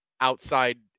outside